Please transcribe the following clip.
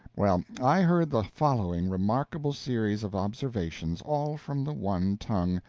well, i heard the following remarkable series of observations, all from the one tongue,